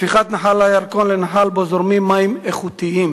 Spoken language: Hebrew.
הפיכת נחל הירקון לנהר שבו זורמים מים איכותיים.